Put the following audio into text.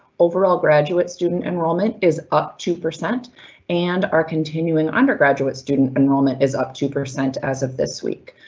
overall graduate student enrollment is up two percent and our continuing undergraduate student enrollment is up two percent as of this week.